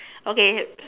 okay